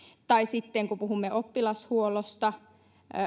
tai sitten kun puhumme oppilashuollosta